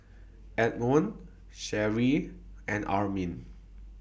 Edmon Sherri and Armin